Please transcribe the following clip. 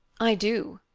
i do,